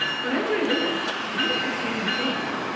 whatever it is, it isn't the same thing.